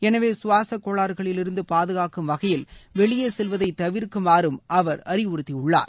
எனவே கவாச கோளாறுகளிலிருந்து பாதுகாக்கும் வகையில் வெளியே செல்வதை தவிர்க்குமாறும் அவர் அறிவுறுத்தியுள்ளார்